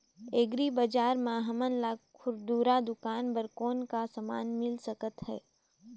Agri बजार म हमन ला खुरदुरा दुकान बर कौन का समान मिल सकत हे?